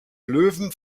löwen